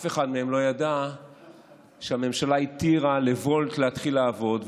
אף אחד מהם לא ידע שהממשלה התירה לוולט להתחיל לעבוד,